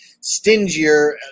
stingier